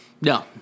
No